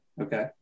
okay